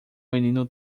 menino